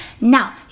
Now